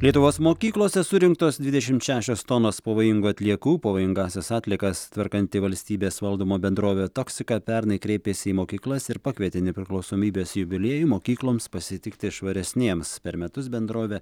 lietuvos mokyklose surinktos dvidešimt šešios tonos pavojingų atliekų pavojingąsias atliekas tvarkanti valstybės valdoma bendrovė toksika pernai kreipėsi į mokyklas ir pakvietė nepriklausomybės jubiliejų mokykloms pasitikti švaresnėms per metus bendrovė